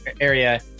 area